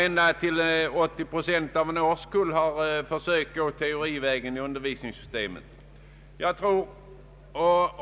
Ända upp till 80 procent av en årskull har försökt gå teorivägen i undervisningssystemet.